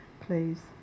please